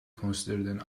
considered